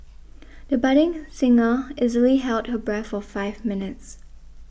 the budding singer easily held her breath for five minutes